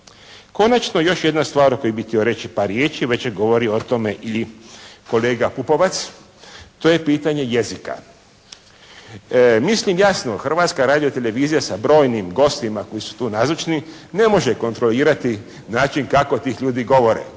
Konačno još jedna stvar o kojoj bih htio reći par riječi, već je govorio o tome i kolega Pupovac, to je pitanje jezika. Mislim jasno, Hrvatska radiotelevizija sa brojnim gostima koji su tu nazočni, ne može kontrolirati način kako ti ljudi govore.